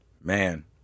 Man